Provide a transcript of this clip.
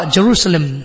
Jerusalem